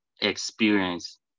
experience